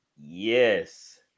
Yes